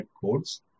codes